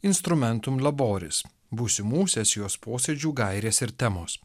instrumentum laboris būsimų sesijos posėdžių gairės ir temos